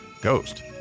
ghost